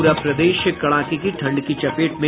पूरा प्रदेश कड़ाके की ठंड की चपेट में